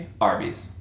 Arby's